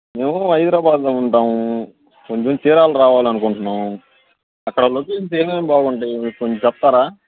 మేము హైదరాబాదులో ఉంటాము కొంచెం చీరాల రావాలనుకుంటున్నాము అక్కడ లొకేషన్స్ ఏమేమి బాగుంటాయి మీరు కొంచెం చెప్తారా